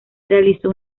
realizó